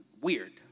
weird